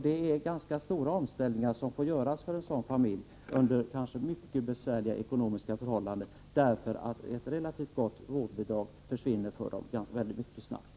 Det är ganska stora omställningar som måste göras för en sådan familj under kanske mycket besvärliga ekonomiska förhållanden, när ett relativt gott vårdbidrag försvinner mycket snabbt.